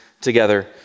together